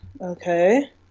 okay